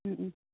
ꯎꯝ ꯎꯝ